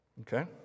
okay